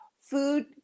food